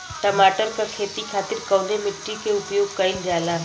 टमाटर क खेती खातिर कवने मिट्टी के उपयोग कइलजाला?